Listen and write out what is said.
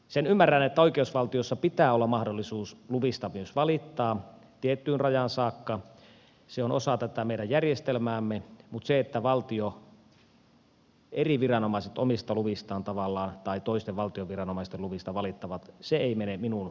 sen ymmärrän että oikeusvaltiossa pitää olla mahdollisuus luvista myös valittaa tiettyyn rajaan saakka se on osa tätä meidän järjestelmäämme mutta se että valtion eri viranomaiset toisten valtion viranomaisten luvista valittavat ei mene minun järkeeni